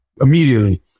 immediately